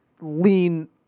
lean